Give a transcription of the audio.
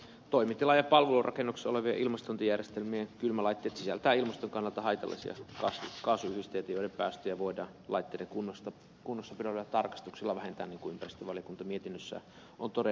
toimitila ja palvelurakennuksissa olevien ilmastointijärjestelmien kylmälaitteet sisältävät ilmaston kannalta haitallisia kaasuyhdisteitä joiden päästöjä voidaan laitteiden kunnossapidolla ja tarkastuksilla vähentää niin kuin ympäristövaliokunta mietinnössään on todennut